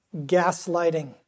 gaslighting